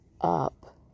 up